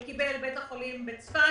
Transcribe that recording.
קיבל בית החולים בצפת,